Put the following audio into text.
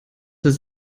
ist